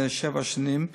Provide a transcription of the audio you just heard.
זה שבע שנים,